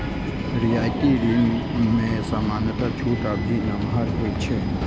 रियायती ऋण मे सामान्यतः छूट अवधि नमहर होइ छै